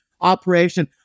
operation